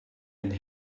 and